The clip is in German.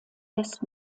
lässt